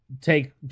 take